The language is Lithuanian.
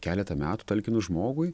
keleta metų talkinu žmogui